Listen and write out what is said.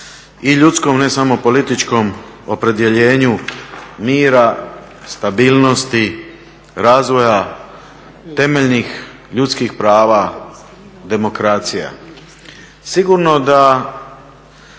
i ljudskom ne samo političkom opredjeljenju mira stabilnosti, razvoja temeljnih ljudskih prava demokracija. Sigurno da